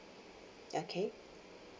okay